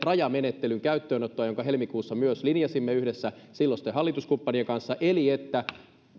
rajamenettelyn käyttöönottoa jonka helmikuussa myös linjasimme yhdessä silloisten hallituskumppanien kanssa eli että